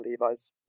Levi's